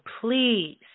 please